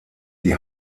die